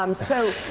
um so,